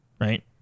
right